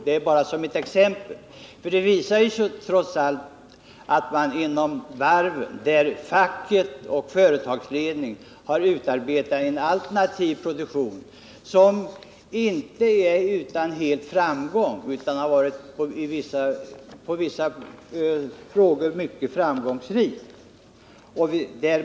Det visar sig trots allt att den alternativa produktion som har utarbetats inom varvsindustrin av facket och företagsledningen inte är helt utan framgång — i vissa fall har den varit mycket framgångsrik.